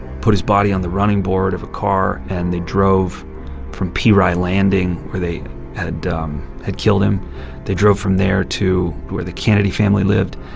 put his body on the running board of a car, and they drove from peri landing, where they had um had killed him they drove from there to where the cannady family lived.